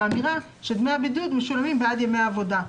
ואמירה שדמי הבידוד משולמים בעד ימי העבודה.